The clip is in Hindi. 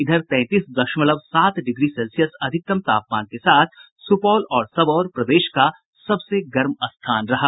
इधर तैंतीस दशमलव सात डिग्री सेल्सियस अधिकतम तापमान के साथ सुपौल और सबौर प्रदेश का सबसे गर्म स्थान रहा